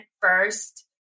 first